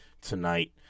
tonight